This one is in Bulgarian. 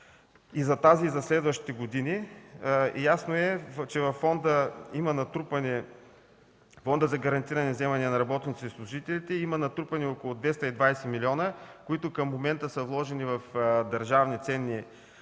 и за тази, и за следващите години. Ясно е, че във Фонда за гарантиране вземанията на работниците и служителите има натрупани около 220 милиона, които към момента са вложени в държавни ценни книжа